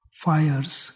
fires